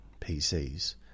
PCs